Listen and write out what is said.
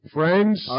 Friends